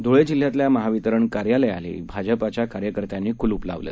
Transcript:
ध्ळे जिल्ह्यातल्या महावितरण कार्यालयालाही भाजपाच्या कार्यकर्त्यांनी कुलुप लावलं